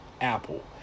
Apple